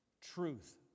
truth